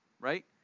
right